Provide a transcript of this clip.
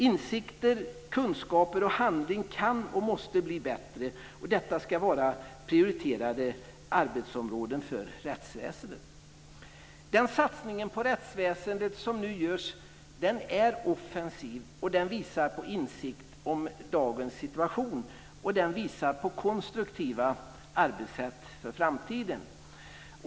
Insikter, kunskaper och handling kan och måste bli bättre. Det ska vara prioriterade arbetsområden för rättsväsendet. Den satsning på rättsväsendet som nu görs är offensiv. Den visar på insikt om dagens situation, och den visar på konstruktiva arbetssätt för framtiden.